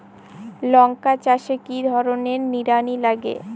লঙ্কা চাষে কি ধরনের নিড়ানি লাগে?